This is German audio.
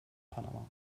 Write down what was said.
panama